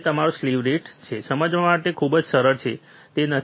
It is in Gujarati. તે તમારો સ્લીવ રેટ છે સમજવા માટે ખૂબ જ સરળ છે તે નથી